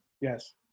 yes